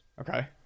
Okay